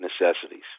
necessities